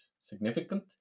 significant